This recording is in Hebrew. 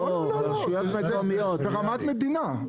ברמת מדינה.